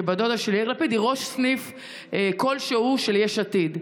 שבת דודה של יאיר לפיד היא ראש סניף כלשהו של יש עתיד.